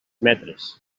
metres